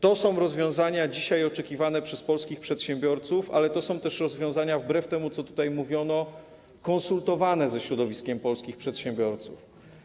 To są rozwiązania dzisiaj oczekiwane przez polskich przedsiębiorców, ale to są też rozwiązania, wbrew temu, co tutaj mówiono, konsultowane ze środowiskiem polskich przedsiębiorców.